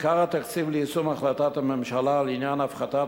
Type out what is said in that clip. עיקר התקציב ליישום החלטת הממשלה לעניין הפחתת